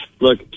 look